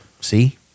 See